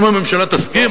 אם הממשלה תסכים,